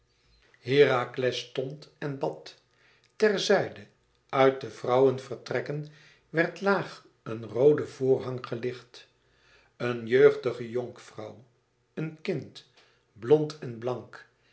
herakles stond en bad ter zijde uit de vrouwevertrekken werd laag een roode voorhang gelicht een jeugdige jonkvrouw een kind blond en blank